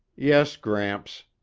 yes, gramps,